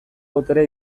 boterea